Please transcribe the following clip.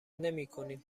نمیکنیم